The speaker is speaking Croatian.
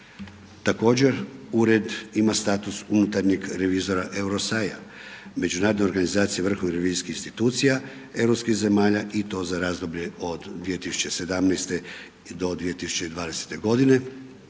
Također ured ima status unutarnjeg revizora EUROSAI-a Međunarodne organizacije vrhovnih revizijskih institucija europskih zemalja i to za razdoblje od 2017. do 2020. godine.